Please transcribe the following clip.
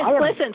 listen